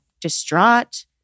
distraught